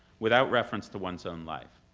without reference to one's own life.